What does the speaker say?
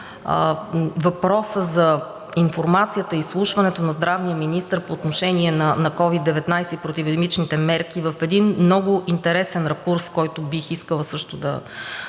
въпроса за информацията и изслушването на здравния министър по отношение на COVID-19 и противоепидемичните мерки в един много интересен ракурс, който бих искала също да